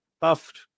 buffed